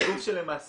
זה גוף שהמדינה